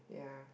yeah